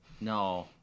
No